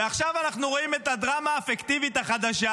ועכשיו אנחנו רואים את הדרמה הפיקטיבית החדשה